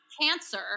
cancer